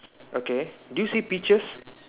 okay do you see peaches